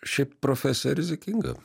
ši profesija rizikinga